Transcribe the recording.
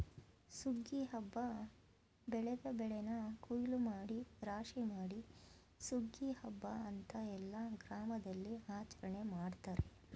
ಸುಗ್ಗಿ ಹಬ್ಬ ಬೆಳೆದ ಬೆಳೆನ ಕುಯ್ಲೂಮಾಡಿ ರಾಶಿಮಾಡಿ ಸುಗ್ಗಿ ಹಬ್ಬ ಅಂತ ಎಲ್ಲ ಗ್ರಾಮದಲ್ಲಿಆಚರಣೆ ಮಾಡ್ತಾರೆ